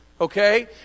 okay